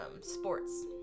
sports